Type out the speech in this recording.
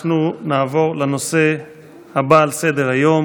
אנחנו נעבור לנושא הבא על סדר-היום,